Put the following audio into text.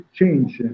change